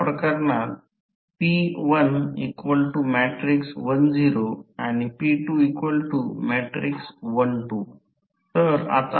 नुकतेच आम्ही दुय्यम बाजूच्या पूर्ण भार प्रवाहाचे 1 उदाहरण घेतले जे 500 केव्हीए रोहीत् आम्हाला 1000 अँपिअर मिळाले आत्ता आपण 1 समस्या केली